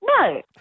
no